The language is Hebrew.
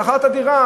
שכר את הדירה,